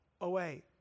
away